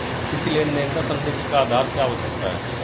किसी लेन देन का संदिग्ध का आधार क्या हो सकता है?